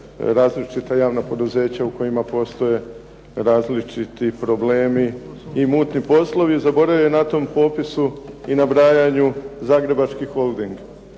različita javna poduzeća u kojima postoje različiti problemi i mutni poslovi. Zaboravio je na tom popisu i nabrajanju Zagrebački holding.